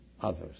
others